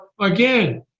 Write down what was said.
again